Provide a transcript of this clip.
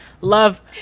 love